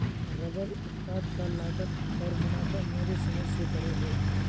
rubber उत्पाद का लागत और मुनाफा मेरे समझ से परे है